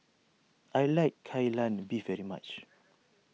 I like Kai Lan Beef very much